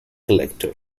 collector